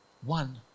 One